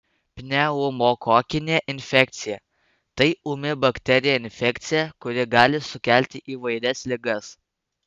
pneumokokinė infekcija tai ūmi bakterinė infekcija kuri gali sukelti įvairias ligas